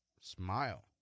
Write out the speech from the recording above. smile